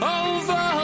over